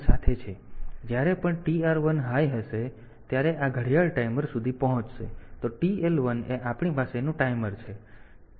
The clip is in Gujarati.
તેથી જ્યારે પણ TR1 ઊંચું હશે ત્યારે આ ઘડિયાળ ટાઈમર સુધી પહોંચશે તો TL1 એ આપણી પાસેનું ટાઈમર છે